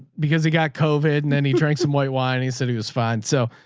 because he got covid and then he drank some white wine and he said he was fine. so